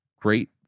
great